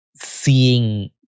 seeing